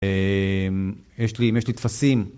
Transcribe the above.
יש לי, אם יש לי טפסים.